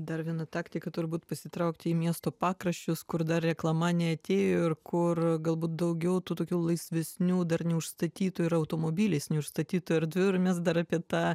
dar viena taktika turbūt pasitraukti į miesto pakraščius kur dar reklama neatėjo kur galbūt daugiau tų tokių laisvesnių dar neužstatytų yra automobiliais neužstatytų erdvių ir mes dar apie tą